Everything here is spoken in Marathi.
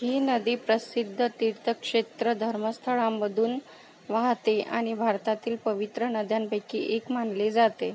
ही नदी प्रसिद्ध तीर्थक्षेत्र धर्मस्थळांमधून वाहते आणि भारतातील पवित्र नद्यांपैकी एक मानली जाते